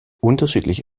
unterschiedliche